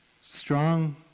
Strong